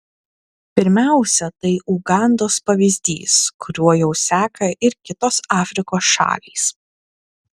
pirmiausia tai ugandos pavyzdys kuriuo jau seka ir kitos afrikos šalys